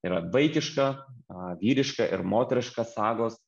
yra vaikiška a vyriška ir moteriška sagos